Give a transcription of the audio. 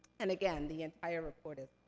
and again, the entire reported.